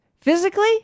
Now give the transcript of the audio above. physically